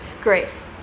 grace